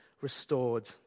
restored